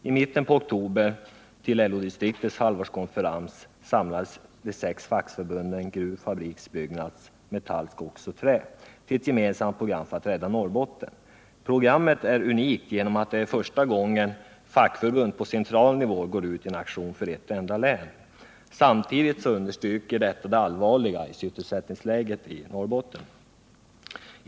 I samband med LO-distriktets halvårskonferens i mitten på oktober samlades de sex fackförbunden Gruv, Fabriks, Byggnads, Metall, Skogs och Trä till ett gemensamt program för att rädda Norrbotten. Programmet är unikt genom att det är första gången fackförbund på central nivå går ut i en aktion för ett enda län. Samtidigt understryker detta det allvarliga sysselsättningsläget i Norrbotten.